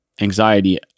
anxiety